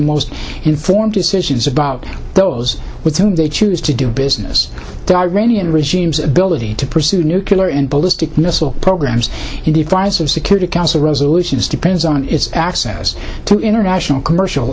most informed decisions about those with whom they choose to do business darwinian regimes ability to pursue nuclear and ballistic missile programs in defiance of security council resolutions depends on its access to international commercial